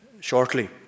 shortly